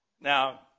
Now